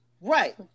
right